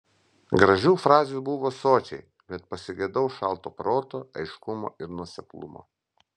gražių frazių buvo sočiai bet pasigedau šalto proto aiškumo ir nuoseklumo